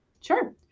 sure